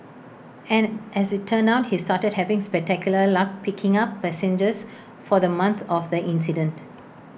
and as IT turned out he started having spectacular luck picking up passengers for the month of the incident